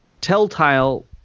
telltale